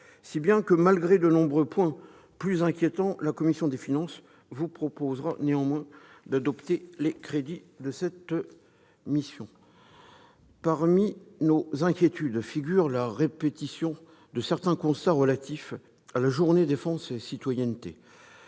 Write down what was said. si bien que, malgré de nombreux points plus inquiétants, la commission des finances vous proposera néanmoins d'adopter les crédits de cette mission. Parmi nos inquiétudes figure la répétition de certains constats relatifs à la Journée défense et citoyenneté,